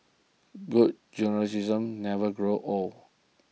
good journalism never grows old